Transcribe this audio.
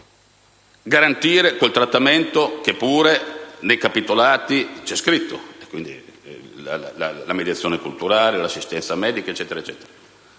garantire quel trattamento che pure nei capitolati è previsto, quindi la mediazione culturale, l'assistenza medica e così